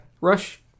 Rush